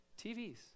TVs